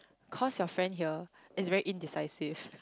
cause your friend here is very indecisive